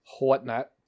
whatnot